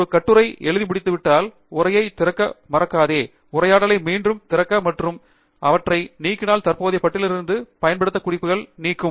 ஒரு கட்டுரையை எழுதி முடித்துவிட்டால் உரையைத் திறக்க மறக்காதே உரையாடலை மீண்டும் திறக்க மற்றும் அவற்றை நீக்கினால் தற்போதைய பட்டியலிலிருந்து பயன்படுத்தப்படாத குறிப்புகளை நீக்கவும்